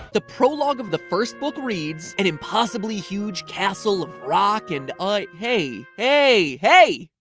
the prologue of the first book reads an impossibly huge castle of rock and i hey! hey! hey!